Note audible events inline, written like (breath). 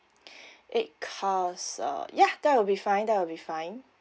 (breath) eight course uh yeah that will be fine that will be fine